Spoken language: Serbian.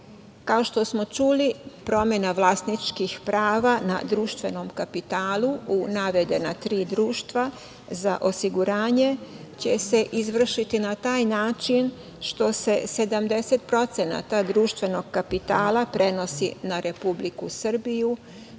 Kao što smo čuli promena vlasničkih prava na društvenom kapitalu u navedena tri društva za osiguranje će se izvršiti na taj način što se 70% društvenog kapitala prenosi na Republiku Srbiju,